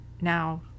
now